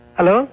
Hello